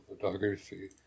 photography